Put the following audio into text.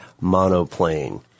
Monoplane